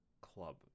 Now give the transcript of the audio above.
Club